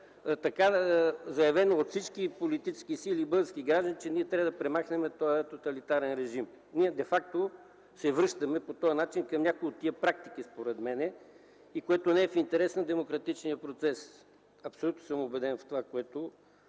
беше заявена от всички политически сили и български граждани, че ние трябва да премахнем този тоталитарен режим. Ние де факто се връщаме по този начин към някои от тези практики, според мен, което не е в интерес на демократичния процес. Абсолютно съм убеден в това, което